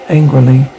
angrily